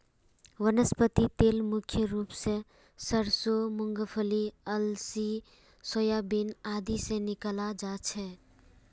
वनस्पति तेल मुख्य रूप स सरसों मूंगफली अलसी सोयाबीन आदि से निकालाल जा छे